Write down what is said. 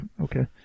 okay